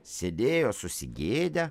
sėdėjo susigėdę